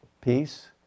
Peace